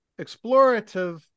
explorative